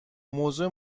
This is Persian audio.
موضوع